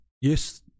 yes